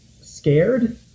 scared